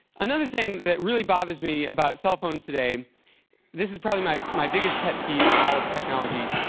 another thing that really bothers me about cell phones today this is probably my my biggest pet peeve in all of technology.